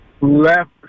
left